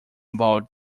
about